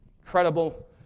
Incredible